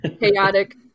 chaotic